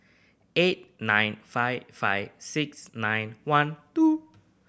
eight nine five five six nine one two